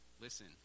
Listen